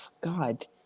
god